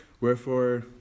wherefore